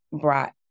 brought